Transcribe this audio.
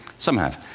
some have.